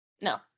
No